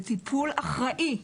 לטיפול אחראי.